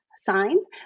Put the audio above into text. signs